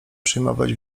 przyjmować